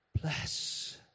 bless